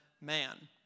man